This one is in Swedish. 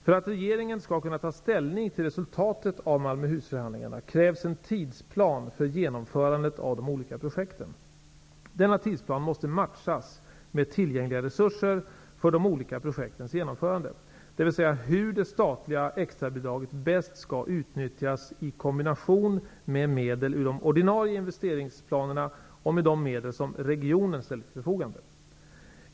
För att regeringen skall kunna ta ställning till resultatet av Malmöhusförhandlingarna krävs en tidsplan för genomförandet av de olika projekten. Denna tidsplan måste matchas med tillgängliga resurser för de olika projektens genomförande, dvs. hur det statliga extrabidraget bäst skall utnyttjas i kombination med medel ur de ordinarie investeringsplanerna och med de medel som regionen ställer till förfogande.